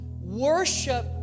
Worship